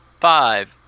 five